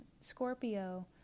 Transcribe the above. Scorpio